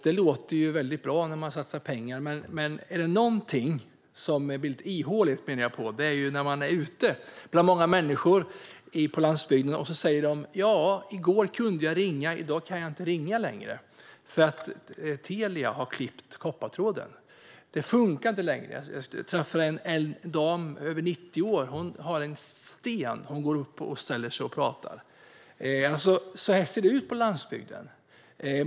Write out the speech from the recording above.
Det låter bra när man satsar pengar, men om det är något som är ihåligt så är det när man är ute bland människor på landsbygden och de säger: I går kunde jag ringa, men i dag kan jag inte det längre därför att Telia har klippt koppartråden. Detta funkar inte längre. Jag träffade en dam som är över 90 år. Hon har en sten som hon går upp och ställer sig på och pratar. Så ser det ut på landsbygden.